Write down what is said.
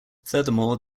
furthermore